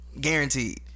Guaranteed